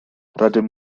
rydym